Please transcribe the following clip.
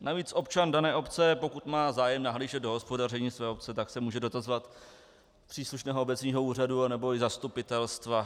Navíc občan dané obce, pokud má zájem nahlížet do hospodaření své obce, tak se může dotazovat příslušného obecního úřadu anebo i zastupitelstva.